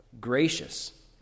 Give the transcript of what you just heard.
gracious